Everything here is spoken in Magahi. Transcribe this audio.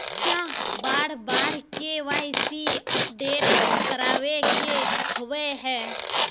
चाँह बार बार के.वाई.सी अपडेट करावे के होबे है?